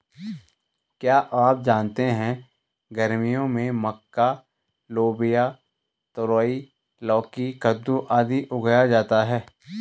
क्या आप जानते है गर्मियों में मक्का, लोबिया, तरोई, लौकी, कद्दू, आदि उगाया जाता है?